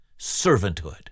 servanthood